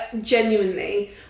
genuinely